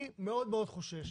אני מאוד חושש